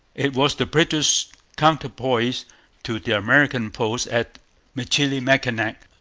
it was the british counterpoise to the american post at michilimackinac,